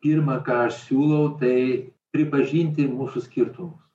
pirma ką aš siūlau tai pripažinti mūsų skirtumus